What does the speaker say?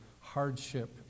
hardship